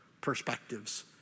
perspectives